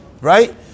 right